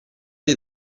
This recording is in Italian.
dei